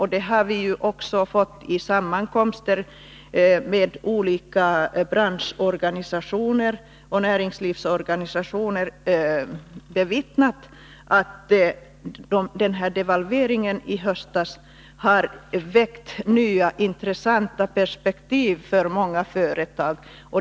Vi har vid sammankomster med olika branschorganisationer och näringslivsorganisationer fått bestyrkt att devalveringen i höstas har gett nya, intressanta perspektiv för många företag.